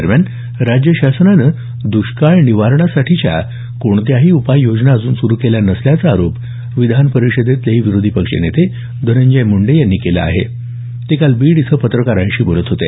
दरम्यान राज्य शासनानं दुष्काळ निवारणासाठीच्या कोणत्याही उपाययोजना अजून सुरू केल्या नसल्याचा आरोप विधान परिषदेतले विरोधी पक्षनेते धनंजय मुंडे यांनी केला आहे ते काल बीड इथं पत्रकारांशी बोलत होते